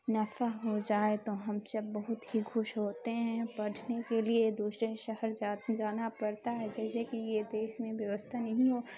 نفع ہو جائے تو ہم جب بہت ہی خوش ہوتے ہیں پڑھنے کے لیے دوسرے شہر جانا پڑتا ہے جیسے کہ یہ دیش میں ویوستھا نہیں ہو